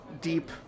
deep